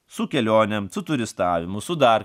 su kelionėm su turistavimu su dar